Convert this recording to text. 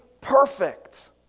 perfect